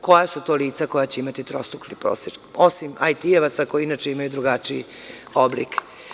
Koja su to lica koja će imati trostruku ili prosečnu, osim IT koji inače imaju drugačiji oblik?